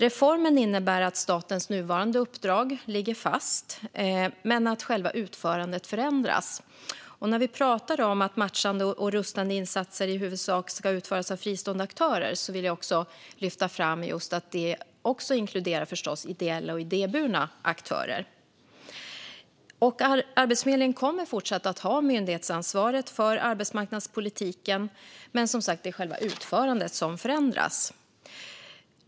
Reformen innebär att statens nuvarande uppdrag ligger fast, men att själva utförandet förändras. När vi pratar om att matchande och rustande insatser i huvudsak ska utföras av fristående aktörer vill jag lyfta fram att det också förstås inkluderar ideella och idéburna aktörer. Arbetsförmedlingen kommer fortsatt att ha myndighetsansvaret för arbetsmarknadspolitiken, men som sagt förändras själva utförandet.